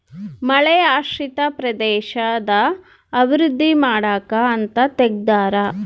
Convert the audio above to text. ಮಳೆಯಾಶ್ರಿತ ಪ್ರದೇಶದ ಅಭಿವೃದ್ಧಿ ಮಾಡಕ ಅಂತ ತೆಗ್ದಾರ